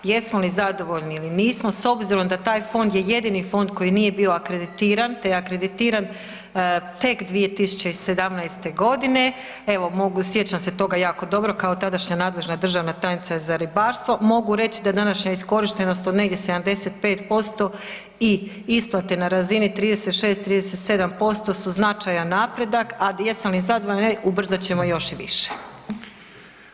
Jesmo li zadovoljni ili nismo s obzirom da taj fond je jedini fond koji nije bio akreditiran, te je akreditiran tek 2017. godine evo mogu sjećam toga jako dobro kao tada nadležna državna tajnica za ribarstvo mogu reći da današnja iskorištenost od negdje 75% i isplate na razini 36-37% su značajan napredak, a jesam li zadovoljna ili ne, ubrzat ćemo još i više.